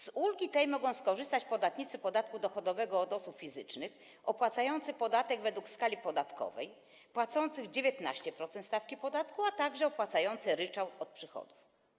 Z ulgi tej mogą skorzystać podatnicy podatku dochodowego od osób fizycznych opłacający podatek według skali podatkowej, płacący 19% stawki podatku, a także opłacający ryczałt od przychodów.